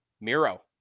Miro